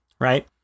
right